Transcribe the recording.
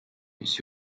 mis